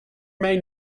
may